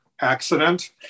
accident